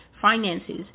finances